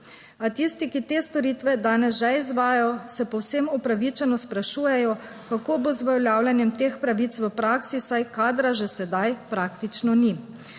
a tisti, ki te storitve danes že izvajajo, se povsem upravičeno sprašujejo, kako bo z uveljavljanjem teh pravic v praksi, saj kadra že sedaj praktično ni.